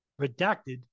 redacted